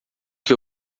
que